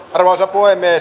arvoisa puhemies